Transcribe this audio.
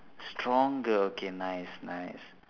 stronger okay nice nice